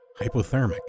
hypothermic